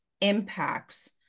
impacts